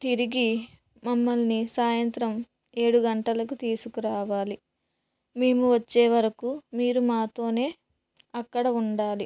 తిరిగి మమ్మల్ని సాయంత్రం ఏడు గంటలకి తీసుకురావాలి మేము వచ్చే వరకు మీరు మాతోనే అక్కడ ఉండాలి